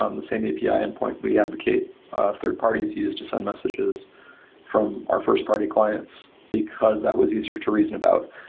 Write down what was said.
um the same api endpoint we advocate third parties used to send messages from our first party clients, because that was easier to reason about.